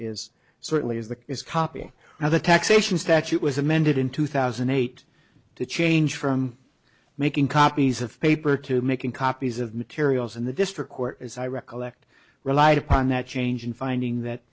is certainly is the is copying now the taxation statute was amended in two thousand and eight to change from making copies of paper to making copies of materials in the district court as i recollect relied upon that change and finding that